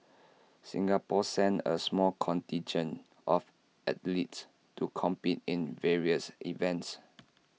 Singapore sent A small contingent of athletes to compete in various events